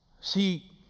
See